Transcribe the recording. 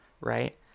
right